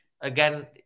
again